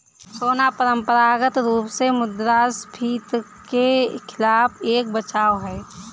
सोना परंपरागत रूप से मुद्रास्फीति के खिलाफ एक बचाव है